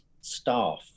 staff